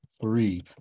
Three